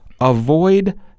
avoid